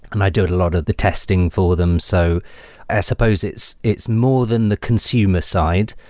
and i do a lot of the testing for them. so i suppose it's it's more than the consumer side,